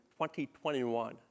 2021